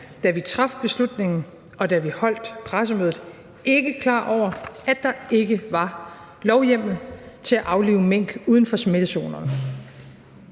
da vi traf beslutningen, og da vi holdt pressemødet, ikke klar over, at der ikke var lovhjemmel til at aflive mink uden for smittezonerne.